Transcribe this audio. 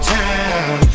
time